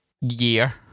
year